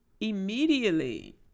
immediately